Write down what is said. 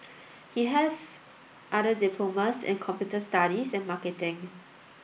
he has other diplomas in computer studies and marketing